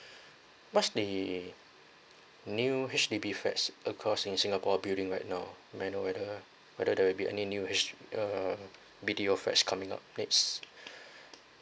that's the new H_D_B flats across in singapore building right now may I know whether whether the there'll be any new H uh B_T_O flats coming up next